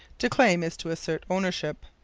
to claim is to assert ownership.